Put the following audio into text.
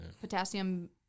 Potassium